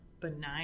benign